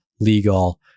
legal